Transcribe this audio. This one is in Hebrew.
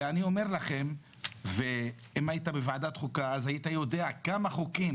אם היית בוועדת החוקה היית יודע כמה חוקים